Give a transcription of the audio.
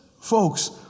folks